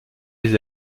les